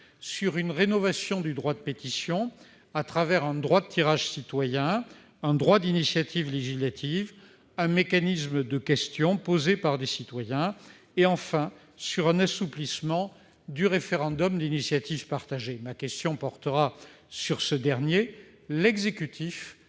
une rénovation du droit de pétition, à travers un droit de tirage citoyen, un droit d'initiative législative, un mécanisme de questions posées par des citoyens et, enfin, un assouplissement du référendum d'initiative partagée. Ma question porte sur ce dernier point : l'exécutif